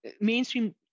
mainstream